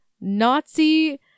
Nazi